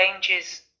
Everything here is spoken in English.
changes